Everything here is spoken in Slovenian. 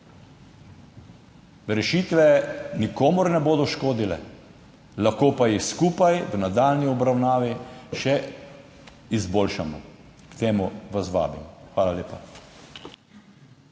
Rešitve nikomur ne bodo škodile, lahko pa jih skupaj v nadaljnji obravnavi še izboljšamo. K temu vas vabim. Hvala lepa.